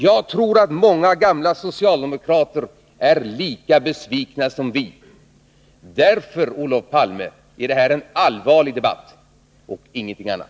Jag tror att många gamla socialdemokrater är lika besvikna som vi. Därför, Olof Palme, är det här en allvarlig debatt och ingenting annat.